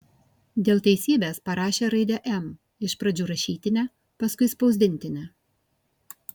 dėl teisybės parašė raidę m iš pradžių rašytinę paskui spausdintinę